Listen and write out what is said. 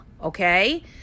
okay